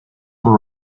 were